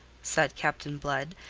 said captain blood,